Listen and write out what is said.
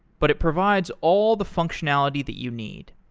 but it provides all the functionality that you need.